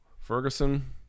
Ferguson